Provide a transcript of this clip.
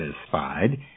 satisfied